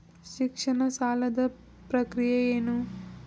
ಶಿಕ್ಷಣ ಸಾಲದ ಪ್ರಕ್ರಿಯೆ ಏನು?